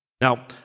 Now